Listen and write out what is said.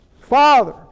Father